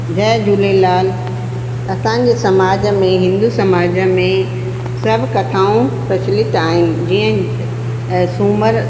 जय झूलेलाल असांजे समाज में हिंदू समाज में सभु कथाऊं प्रचलित आहिनि जीअं सूमरु